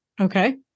Okay